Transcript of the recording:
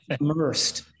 immersed